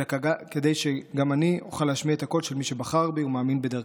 אלא גם כדי שאשמיע את הקול של מי שבחר בי ומאמין בדרכי.